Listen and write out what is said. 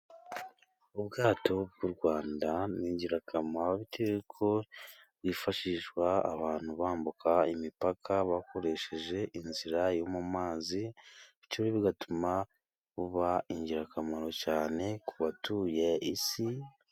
Ubwato bw'u Rwanda ni ingirakamaro bitewe ko bwifashishwa abantu bambuka imipaka bakoresheje inzira yo mu mazi, bityo bigatuma buba ingirakamaro cyane ku batuye isi.